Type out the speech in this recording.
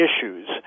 issues